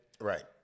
Right